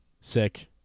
Sick